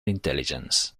intelligence